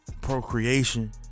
procreation